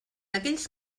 aquells